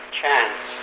chance